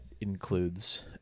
includes